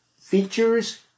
features